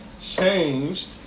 changed